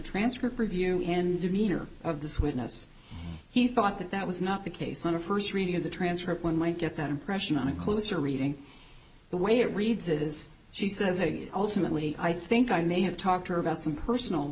transcript review and demeanor of this witness he thought that that was not the case on a first reading of the transcript one might get that impression on a closer reading the way it reads it is she says a ultimately i think i may have talked to her about some personal